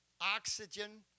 oxygen